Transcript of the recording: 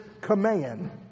command